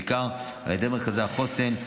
בעיקר על ידי מרכזי החוסן.